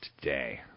today